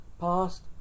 past